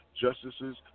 justices